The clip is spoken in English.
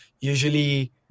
usually